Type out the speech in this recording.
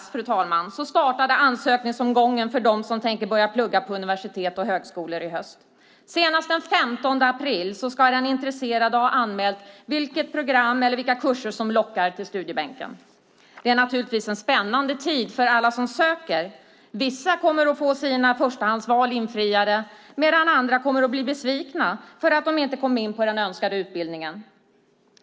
I måndags startade ansökningsomgången för dem som tänker börja plugga på universitet och högskolor i höst. Senast den 15 april ska den intresserade ha anmält vilket program eller vilka kurser som lockar till studiebänken. Det är naturligtvis en spännande tid för alla som söker. Vissa kommer att få sina förstahandsval infriade, medan andra kommer att bli besvikna för att de inte kom in på den önskade utbildningen.